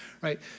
right